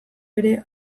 ere